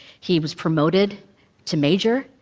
he was promoted to major,